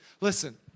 listen